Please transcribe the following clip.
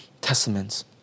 Testaments